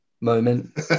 moment